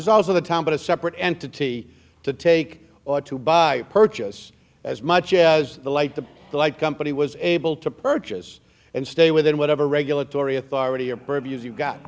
is also the town but a separate entity to take or to buy purchase as much as the light the light company was able to purchase and stay within whatever regulatory authority or burb you've got